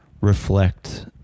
reflect